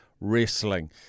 wrestling